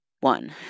one